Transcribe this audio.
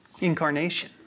incarnation